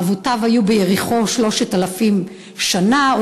אבותיו היו ביריחו 3,000 שנה,